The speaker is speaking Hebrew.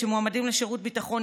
מועמדים לשירות ביטחון,